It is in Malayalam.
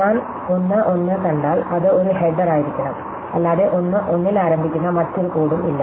ഞാൻ 1 1 കണ്ടാൽ അത് ഒരു ഹെഡ്ഡർ ആയിരിക്കണം അല്ലാതെ 1 1 ൽ ആരംഭിക്കുന്ന മറ്റൊരു കോഡും ഇല്ല